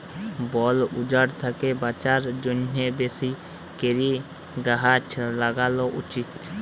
বল উজাড় থ্যাকে বাঁচার জ্যনহে বেশি ক্যরে গাহাচ ল্যাগালো উচিত